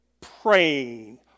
praying